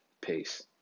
Peace